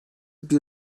bir